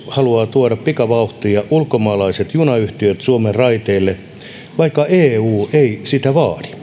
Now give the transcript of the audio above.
tuoda pikavauhtia ulkomaalaiset junayhtiöt suomen raiteille vaikka eu ei sitä vaadi haluankin